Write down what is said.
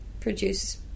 produce